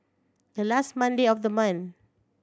the last Monday of the month